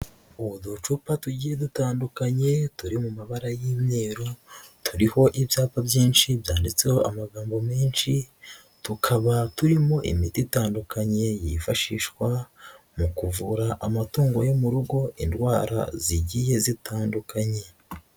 Uducupa tugiye dutandukanye, turi mu mabara y'imyeru, turiho ibyapa byinshi byanditseho amagambo menshi, tukaba turimo imiti itandukanye yifashishwa mu kuvura amatungo yo mu rugo, indwara zigiye zitandukanye.